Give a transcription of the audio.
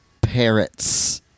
parrots